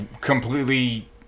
completely